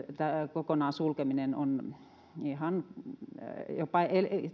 kokonaan sulkeminen on jopa